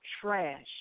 trash